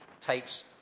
takes